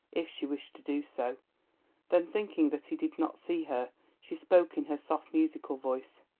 if she wished to do so then thinking that he did not see her she spoke in her soft, musical voice.